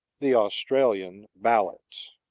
the australian ballot.